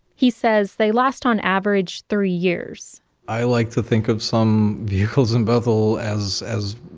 he says they last on average three years i like to think of some vehicles in bethel as as